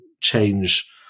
change